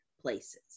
places